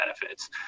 benefits